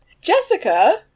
Jessica